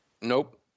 Nope